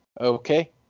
Okay